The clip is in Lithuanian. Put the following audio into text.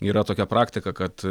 yra tokia praktika kad